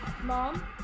Mom